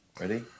Ready